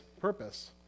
purpose